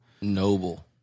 Noble